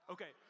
Okay